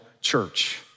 church